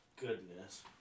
goodness